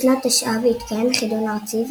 בשנת תשע"ו התקיים חידון ארצי,